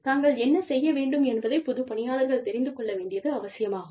தாங்கள் என்ன செய்ய வேண்டும் என்பதை புது பணியாளர்கள் தெரிந்து கொள்ள வேண்டியது அவசியமாகும்